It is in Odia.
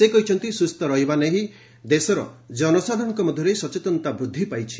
ସେ କହିଛନ୍ତି ସୁସ୍ଥ ରହିବା ନେଇ ଦେଶର ଜନସାଧାରଣଙ୍କ ମଧ୍ୟରେ ସଚେତନତା ବୃଦ୍ଧି ପାଇଛି